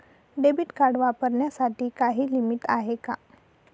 Debit card वापरण्यासाठी काही limit आहे का?